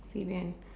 fib in